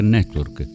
Network